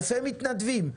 אלפי מתנדבים,